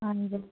हजुर